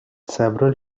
several